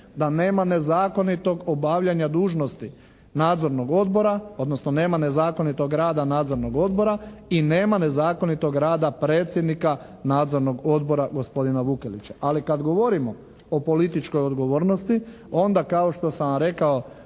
da nema nezakonitog obavljanja dužnosti nadzornog odbora, odnosno nema nezakonitog rada nadzornog odbora i nema nezakonitog rada predsjednika nadzornog odbora gospodina Vukelića. Ali kada govorimo o političkoj odgovornosti onda kao što sam vam rekao